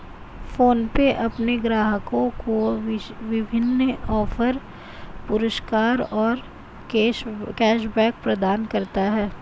PhonePe अपने ग्राहकों को विभिन्न ऑफ़र, पुरस्कार और कैश बैक प्रदान करता है